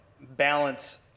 balance